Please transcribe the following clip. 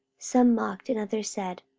some mocked and others said,